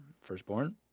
firstborn